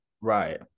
Right